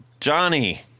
Johnny